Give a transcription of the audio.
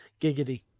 Giggity